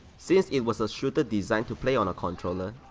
since it was a shooter designed to play on a controller,